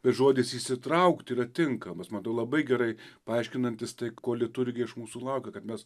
bet žodis įsitraukt yra tinkamas man atro labai gerai paaiškinantis tai ko liturgija iš mūsų laukia kad mes